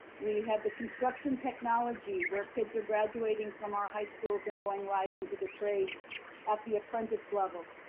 we have the construction technology where kids are graduating from our high schools and going right into the trades at the apprentice level.